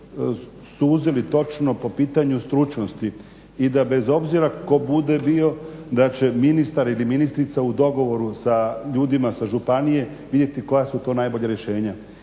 suzili točno po pitanju stručnosti i da bez obzira tko bude bio da će ministar ili ministrica u dogovoru sa ljudima sa županije vidjeti koja su to najbolja rješenja